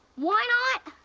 why not?